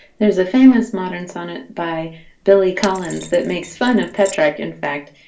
there's a famous modern sonnet by billy collins that makes fun of petrarch, in fact.